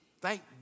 Thank